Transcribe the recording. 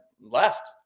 left